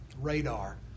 Radar